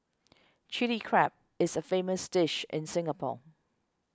Chilli Crab is a famous dish in Singapore